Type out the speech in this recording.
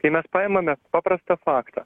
kai mes paimame paprastą faktą